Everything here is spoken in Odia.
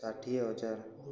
ଷାଠିଏ ହଜାର